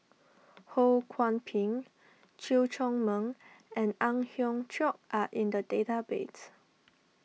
Ho Kwon Ping Chew Chor Meng and Ang Hiong Chiok are in the database